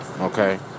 Okay